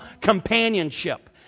companionship